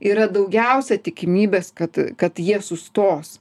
yra daugiausia tikimybės kad kad jie sustos